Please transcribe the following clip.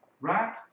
right